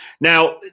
now